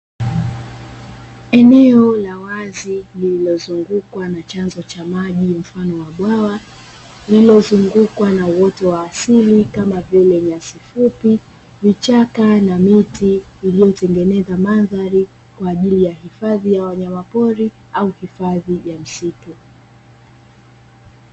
Eneo la wazi, lililozungukwa na chanzo cha maji mfano wa bwawa, lililozungukwa na uoto wa asili kama vile: nyasi fupi, vichaka na miti iliyotengeneza mandhari kwa ajili ya hifadhi ya wanyamapori au hifadhi ya msitu.